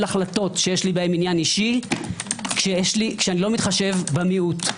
החלטות שיש לי בהן עניין אישי כשאיני מתחשב במיעוט.